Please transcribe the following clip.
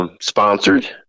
Sponsored